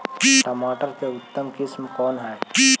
टमाटर के उतम किस्म कौन है?